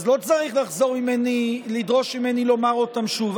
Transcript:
אז לא צריך לחזור לדרוש ממני לומר אותם שוב.